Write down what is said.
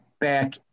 back